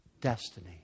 destiny